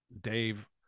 Dave